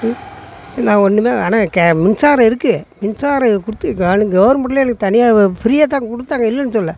ம் நான் ஒன்னுமே ஆனால் கே மின்சாரம் இருக்குது மின்சாரம் கொடுத்துருக்காங்க கவுர்மெண்ட்லையே எனக்கு தனியாக ஃப்ரீயா தான் கொடுத்தாங்க இல்லைனு சொல்லல